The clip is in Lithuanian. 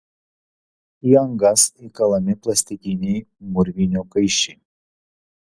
į angas įkalami plastikiniai mūrvinių kaiščiai